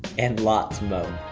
and lots mo'.